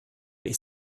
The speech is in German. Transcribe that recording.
ich